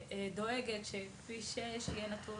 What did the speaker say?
שדואגת שכביש 6 יהיה נטול